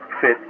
fit